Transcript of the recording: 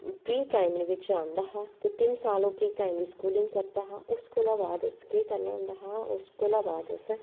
pre primary बिच्च औंदा हा ते तिन्न साल ओह् प्री प्राईमरी स्कूलिंग करदा हा उस कोला बाद उस केह् करना होंदा हा उस कोला बाद उस